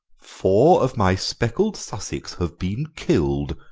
four of my speckled sussex have been killed,